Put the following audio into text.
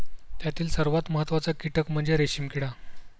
त्यातील सर्वात महत्त्वाचा कीटक म्हणजे रेशीम किडा